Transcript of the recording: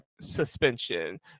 suspension